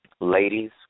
Ladies